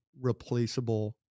replaceable